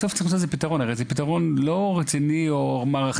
בסוף, צריך למצוא לזה פתרון.